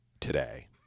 today